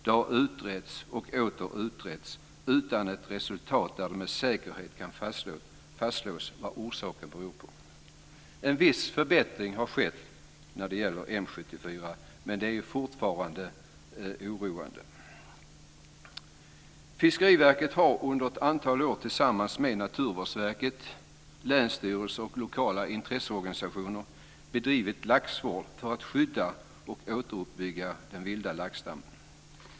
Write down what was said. Det har utretts och åter utretts utan ett resultat och utan att man med säkerhet kan fastslå vad orsaken är. En viss förbättring har skett när det gäller M 74, men det är fortfarande oroande. Fiskeriverket har under ett antal år tillsammans med Naturvårdsverket, länsstyrelser och lokala intresseorganisationer bedrivit laxvård för att skydda och återuppbygga den vilda laxstammen.